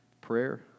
prayer